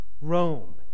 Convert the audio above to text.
Rome